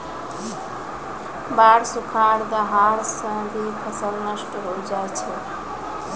बाढ़, सुखाड़, दहाड़ सें भी फसल नष्ट होय जाय छै